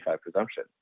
presumption